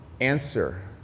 answer